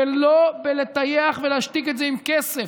ולא בלטייח ולהשתיק את זה עם כסף,